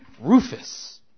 Rufus